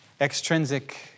extrinsic